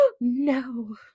no